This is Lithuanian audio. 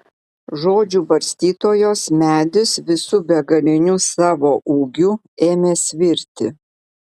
žodžių barstytojos medis visu begaliniu savo ūgiu ėmė svirti